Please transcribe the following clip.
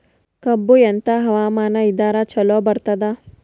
ಕಬ್ಬು ಎಂಥಾ ಹವಾಮಾನ ಇದರ ಚಲೋ ಬರತ್ತಾದ?